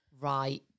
Right